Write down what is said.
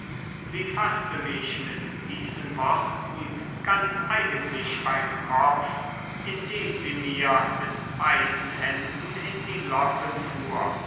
sie faßte mich mit diesen worten ganz eigentlich beim kopf indem sie mir mit beiden händen in die locken fuhr